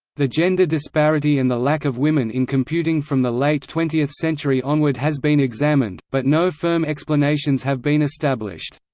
the gender disparity and the lack of women in computing from the late twentieth century onward has been examined, but no firm explanations have been established.